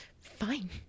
fine